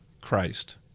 Christ